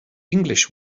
english